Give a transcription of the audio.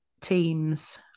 teams